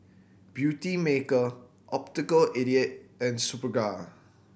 Beautymaker Optical eighty eight and Superga